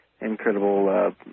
incredible